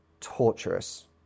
torturous